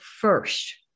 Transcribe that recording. first